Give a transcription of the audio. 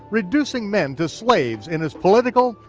reducing men to slaves in its political,